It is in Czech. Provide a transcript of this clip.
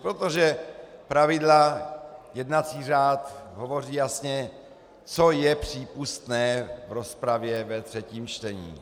Protože pravidla, jednací řád, hovoří jasně, co je přípustné v rozpravě ve třetím čtení.